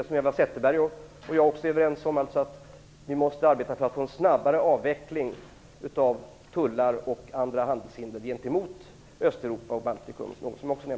Eva Zetterberg och jag är överens om att vi måste arbeta för en snabbare avveckling av tullar och andra handelshinder gentemot Östeuropa och Baltikum.